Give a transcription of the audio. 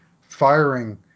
firing